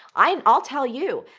i'll and i'll tell you,